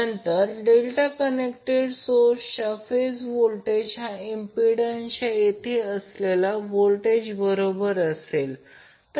नंतर delta connected सोर्सचा phase voltage हा इम्पिडंन्सच्या येथे असलेल्या व्होल्टेज बरोबर असेल